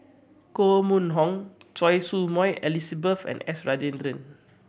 Koh Mun Hong Choy Su Moi Elizabeth and S Rajendran